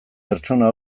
pertsona